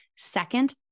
Second